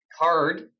card